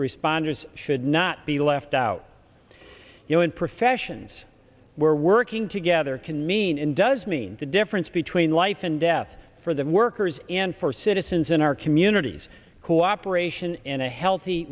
responders should not be left out you know in professions where working together can mean and does mean the difference between life and death for the workers and for citizens in our communities cooperation in a healthy